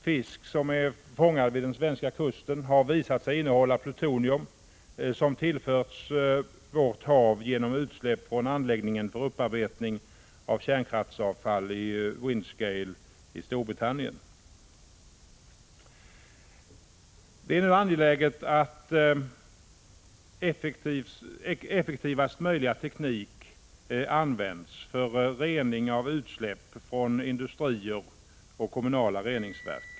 Fisk som fångats vid den den svenska kusten har visat sig innehålla plutonium som tillförts vårt hav genom utsläpp från anläggningen för upparbetning av kärnkraftsavfall i Windscale i Storbritannien. Det är nu angeläget att effektivaste möjliga teknik används för rening av utsläpp från industrier och kommunala reningsverk.